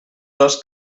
dos